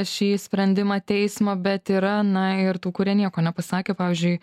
šį sprendimą teismo bet yra na ir tų kurie nieko nepasakė pavyzdžiui